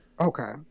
Okay